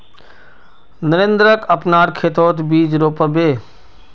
नरेंद्रक अपनार खेतत बीज रोप बे